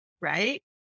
right